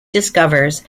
discovers